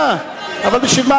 אבל בשביל מה?